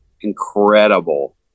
incredible